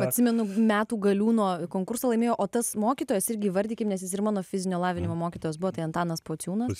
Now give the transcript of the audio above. atsimenu metų galiūno konkursą laimėjo o tas mokytojas irgi įvardykim nes jis ir mano fizinio lavinimo mokytojas buvo tai antanas pociūnas